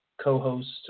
co-host